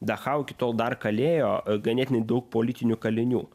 dachau iki tol dar kalėjo ganėtinai daug politinių kalinių